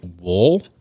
wool